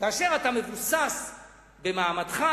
כאשר אתה מבוסס במעמדך,